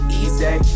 easy